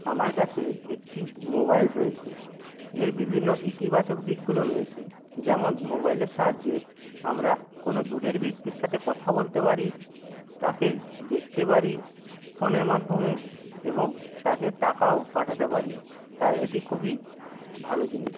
আমার কাছে একটি মোবাইল রয়েছে এর বিভিন্ন ইতিবাচক দিকগুলো রয়েছে যেমন মোবাইলের সাহায্যে আমরা কোন দূরের ব্যক্তির সাথে কথা বলতে পারি তাকে দেখতে পারি ফোনের মাধ্যমে এবং তাকে টাকাও পাঠাতে পারি তাই এটি খুবই ভালো জিনিস